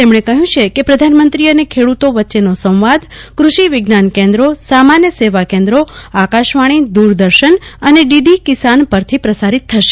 તેમણે કહ્યું છે કે પ્રધાનમંત્રી અને ખેડૂતો વચ્ચેનો સંવાદ કૃષિ વિજ્ઞાન કેન્દ્રો સામાન્ય સેવા કેન્દ્રો આકાશવાણી દૂરદર્શન અને ડીડી કિસાન પરથી પ્રસારીત થશે